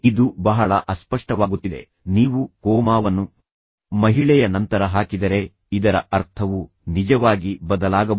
ಇದು ಬಹಳ ಅಸ್ಪಷ್ಟವಾಗುತ್ತಿದೆ ನೀವು ಕೋಮಾವನ್ನು ಮಹಿಳೆಯ ನಂತರ ಹಾಕಿದರೆ ಇದರ ಅರ್ಥವು ನಿಜವಾಗಿ ಬದಲಾಗಬಹುದು